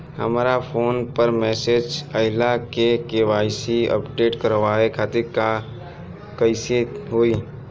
हमरा फोन पर मैसेज आइलह के.वाइ.सी अपडेट करवावे खातिर त कइसे होई?